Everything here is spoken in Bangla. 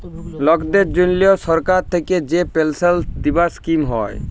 লকদের জনহ সরকার থাক্যে যে পেলসাল দিবার স্কিম হ্যয়